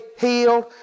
healed